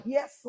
Yes